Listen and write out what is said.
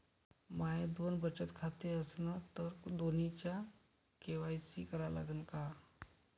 माये दोन बचत खाते असन तर दोन्हीचा के.वाय.सी करा लागन का?